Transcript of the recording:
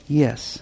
yes